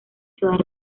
ciudad